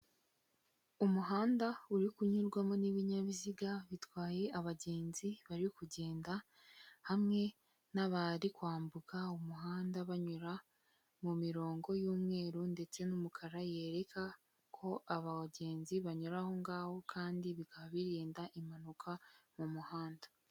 Umuhanda uri kunyurwamo n'ibinyabiziga bitwaye abagenzi bari kugenda, hamwe n'abari kwambuka umuhanda banyura mu mirongo y'umweru ndetse n'umukara, yereka ko abagenzi banyura aho ngaho kandi bikaba birinda impanuka mu muhanda.